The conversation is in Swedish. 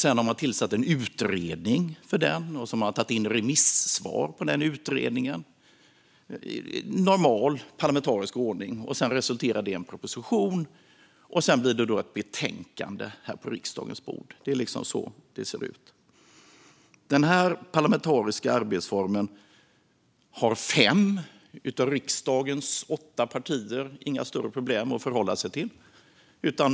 Man har tillsatt en utredning och tagit in remissvar på utredningens resultat. Det är normal parlamentarisk ordning. Det resulterar i en proposition, och sedan blir det ett betänkande här på riksdagens bord. Det är så det ser ut. Den parlamentariska arbetsformen har fem av riksdagens åtta partier inga större problem att förhålla sig till.